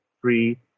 three